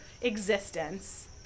existence